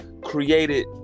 created